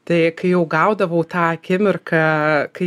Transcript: tai kai jau gaudavau tą akimirką kai